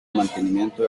mantenimiento